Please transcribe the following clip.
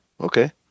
Okay